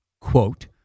quote